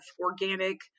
organic